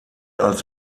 als